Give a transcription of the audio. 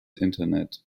internet